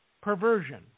perversion